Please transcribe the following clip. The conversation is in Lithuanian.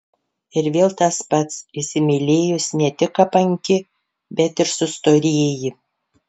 ir vėl tas pats įsimylėjus ne tik apanki bet ir sustorėji